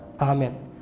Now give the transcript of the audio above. Amen